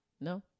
No